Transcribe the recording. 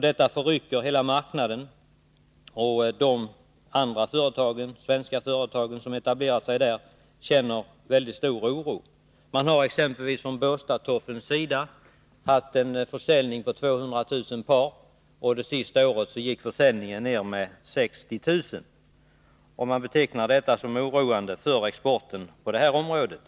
Detta förrycker hela marknaden, och de andra svenska företag som etablerat sig i USA känner mycket stor oro. För exempelvis Båstadstoffeln har försäljningen legat på 200 000 par, men det senaste året sjönk den med 60 000 par. Man betecknar detta som oroande för exporten på det här området.